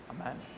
Amen